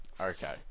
okay